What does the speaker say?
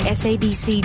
sabc